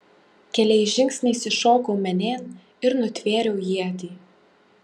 keliais žingsniais įšokau menėn ir nutvėriau ietį